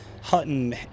Hutton